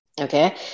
Okay